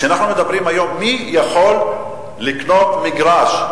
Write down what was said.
מי יכול היום לקנות מגרש,